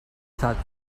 thought